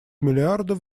миллиардов